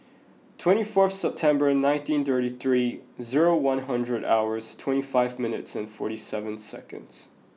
twenty fourth September nineteen thirty three zero one hundred hours twenty five minutes and forty seven seconds